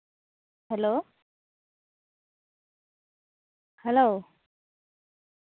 hello hello